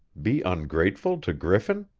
be ungrateful to griffin?